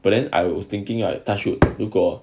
but then I was thinking I touch wood 如果